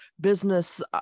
business